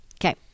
Okay